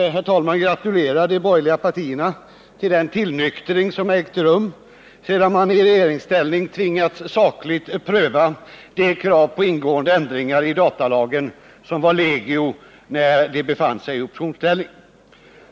Jag vill emellertid gratulera de borgerliga partierna till den tillnyktring som ägt rum sedan de i regeringsställning tvingats att sakligt pröva de krav på ingående ändringar i datalagen som var legio när de befann sig i oppositionsställning.